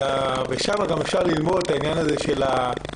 שם גם אפשר ללמוד על העניין של הביחד,